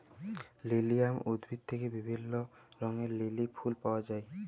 lilium উদ্ভিদ থেক্যে বিভিল্য রঙের লিলি ফুল পায়া যায়